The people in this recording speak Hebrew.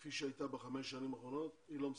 כפי שהייתה בחמש השנים האחרונות, היא לא מספקת.